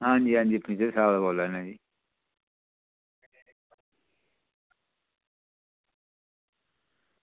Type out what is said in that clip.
आं जी आं जी पीजे साहब दा बोल्लै ना जी